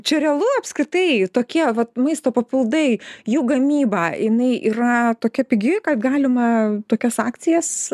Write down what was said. čia realu apskritai tokie vat maisto papildai jų gamybą jinai yra tokia pigi kad galima tokias akcijas